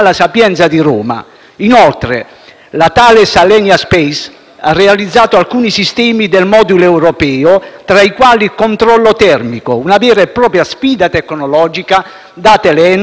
la Thales Alenia Space ha realizzato alcuni sistemi del modulo europeo, tra i quali il controllo termico: una vera e propria sfida tecnologica, date le enormi escursioni termiche del pianeta.